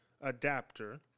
adapter